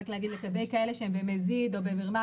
לגבי אלה שהם במזיד או במרמה,